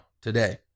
today